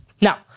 Now